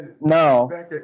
No